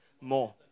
more